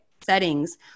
settings